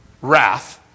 Wrath